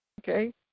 okay